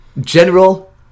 General